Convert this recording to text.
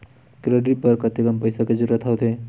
Credit बर कतेकन पईसा के जरूरत होथे?